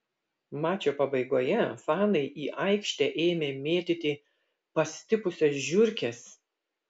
mačo pabaigoje fanai į aikštę ėmė mėtyti pastipusias žiurkes